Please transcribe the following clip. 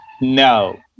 No